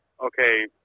okay